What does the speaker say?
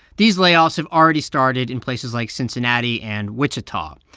these layoffs have already started in places like cincinnati and wichita.